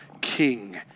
King